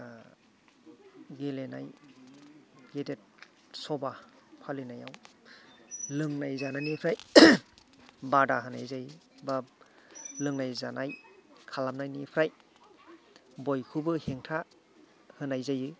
गेलेनाय गिदिर सभा फालिनायाव लोंनाय जानायनिफ्राय बादा होनाय जायो बा लोंनाय जानाय खालामनायनिफ्राय बयखौबो हेंथा होनाय जायो